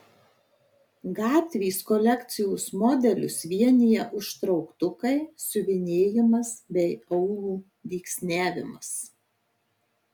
gatvės kolekcijos modelius vienija užtrauktukai siuvinėjimas bei aulų dygsniavimas